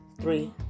three